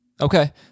Okay